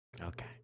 okay